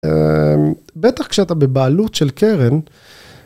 אמ... בטח כשאתה בבעלות של קרן,